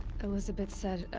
elisabet said, ah.